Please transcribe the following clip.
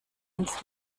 ins